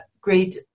great